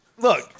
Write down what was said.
Look